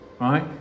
Right